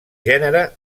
gènere